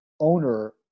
owner